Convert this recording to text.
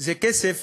זה כסף